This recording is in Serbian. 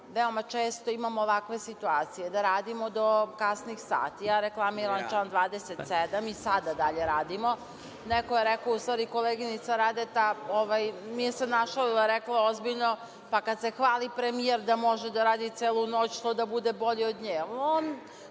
veoma često imamo ovakve situacije – da radimo do kasnih sati. Ja reklamiram član 27. I sada dalje radimo. Neko je rekao, u stvari koleginica Radeta, nije se našalila, rekla je ozbiljno – pa, kad se hvali premijer da može da radi celu noć, što da bude bolji od nje.